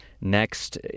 next